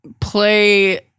play